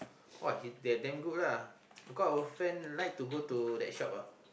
uh he they damn good lah because our friend like to go to that shop ah